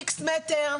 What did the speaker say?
איקס מטרים,